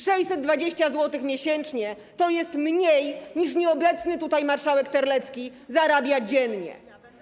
620 zł miesięcznie to jest mniej, niż nieobecny tutaj marszałek Terlecki zarabia dziennie.